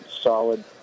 solid